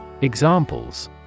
Examples